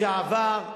לשעבר.